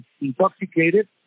intoxicated